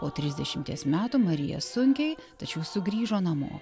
po trisdešimties metų marija sunkiai tačiau sugrįžo namo